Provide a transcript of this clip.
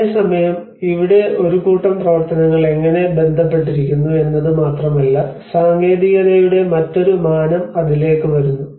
അതേസമയം ഇവിടെ ഒരു കൂട്ടം പ്രവർത്തനങ്ങൾ എങ്ങനെ ബന്ധപ്പെട്ടിരിക്കുന്നു എന്നത് മാത്രമല്ല സാങ്കേതികതയുടെ മറ്റൊരു മാനം അതിലേക്ക് വരുന്നു